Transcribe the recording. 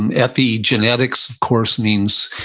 and epigenetics, of course, means,